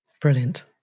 Brilliant